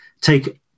take